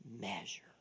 measure